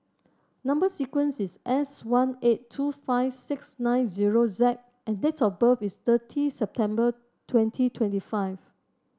number sequence is S one eight two five six nine zero Z and date of birth is thirty September twenty twenty five